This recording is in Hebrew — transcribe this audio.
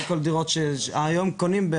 היום קונים,